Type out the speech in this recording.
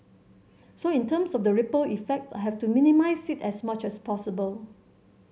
so in terms of the ripple effect I have to minimise it as much as possible